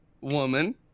woman